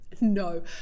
No